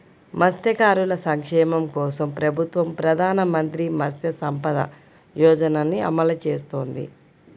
మత్స్యకారుల సంక్షేమం కోసం ప్రభుత్వం ప్రధాన మంత్రి మత్స్య సంపద యోజనని అమలు చేస్తోంది